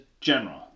general